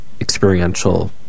experiential